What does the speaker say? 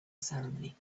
ceremony